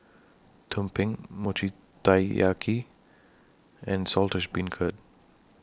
Tumpeng Mochi Taiyaki and Saltish Beancurd